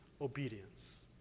obedience